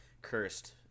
cursed